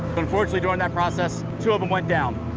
unfortunately during that process, two of them went down.